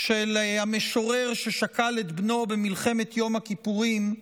של המשורר, ששכל את בנו במלחמת יום הכיפורים,